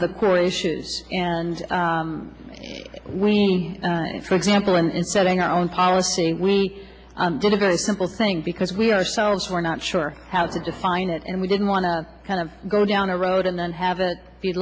of the core issues and we need for example in in setting our own policy we did a very simple thing because we ourselves were not sure how to define it and we didn't want to kind of go down a road and then have